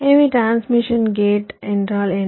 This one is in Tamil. எனவே டிரான்ஸ்மிஷன் கேட் என்றால் என்ன